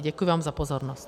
Děkuji vám za pozornost.